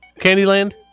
Candyland